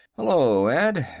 hello, ed.